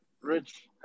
Rich